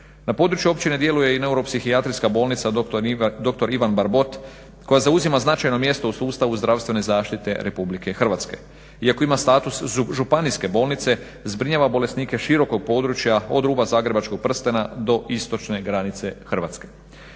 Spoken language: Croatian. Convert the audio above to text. Na području općine djeluje i neuropsihijatrijska bolnica dr. Ivan Barbot koja zauzima značajno mjesto u sustavu zdravstvene zaštite RH. Iako ima status županijske bolnice zbrinjava bolesnike širokog područja od ruba zagrebačkog prstena do istočne granice Hrvatske.